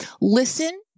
Listen